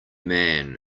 man